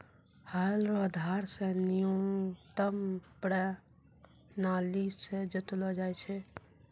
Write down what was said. हल रो धार से न्यूतम प्राणाली से जोतलो जाय छै